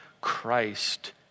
Christ